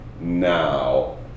now